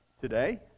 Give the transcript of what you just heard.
Today